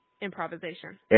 improvisation